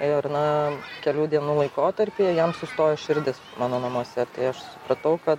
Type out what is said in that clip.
ir na kelių dienų laikotarpyje jam sustojo širdis mano namuose tai aš supratau kad